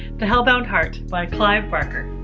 the hellbound heart by clive barker.